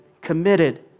committed